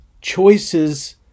choices